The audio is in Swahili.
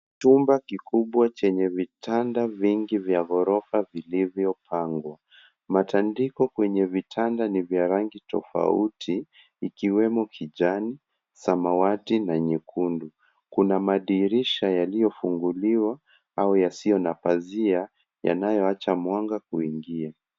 Chumba kikubwa chenye vitanda vingi vya ghorofa vilivyopangwa. Matandiko kwenye vitanda ni vya rangi tofauti ikiwemo kijani, samawati na nyekundu. Kuna madirisha yaliyofunguliwa au yasiyo na pazia yanayowacha mwanga kuingia.